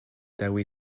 dewi